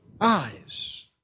eyes